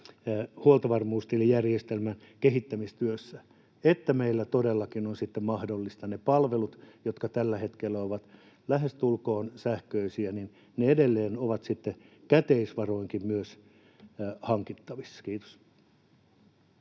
huoltovarmuustilijärjestelmän kehittämistyössä, niin että meillä todellakin ovat sitten mahdollisia ne palvelut, jotka tällä hetkellä ovat lähestulkoon sähköisiä, ja ne edelleen ovat sitten myös käteisvaroin hankittavissa. — Kiitos.